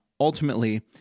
Ultimately